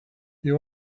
you